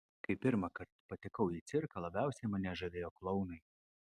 kai pirmąkart patekau į cirką labiausiai mane žavėjo klounai